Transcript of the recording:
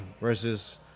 Versus